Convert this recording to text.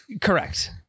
Correct